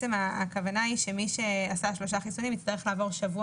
הכוונה היא שמי שעשה שלושה חיסונים יצטרך לעבור שבוע